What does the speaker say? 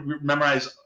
memorize